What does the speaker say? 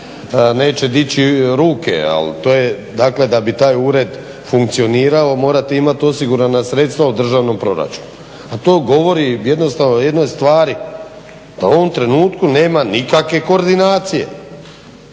ruke. Ali to je, dakle da bi taj ured funkcionirao morate imati osigurana sredstva u državnom proračunu, a to govori jednostavno o jednoj stvari da u ovom trenutku nema nikake koordinacije.